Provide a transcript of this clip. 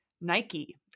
Nike